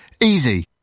easy